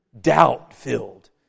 doubt-filled